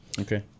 Okay